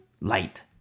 light